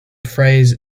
phrase